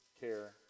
care